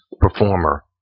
Performer